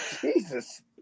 Jesus